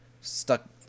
stuck